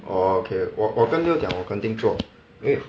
orh okay 我跟 leo 讲我肯定做